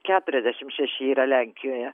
keturiasdešimt šeši yra lenkijoje